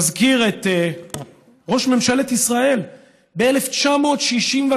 נזכיר את ראש ממשלת ישראל, ב-1969.